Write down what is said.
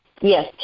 Yes